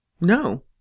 No